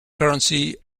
currency